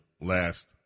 last